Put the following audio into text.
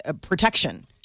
protection